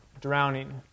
drowning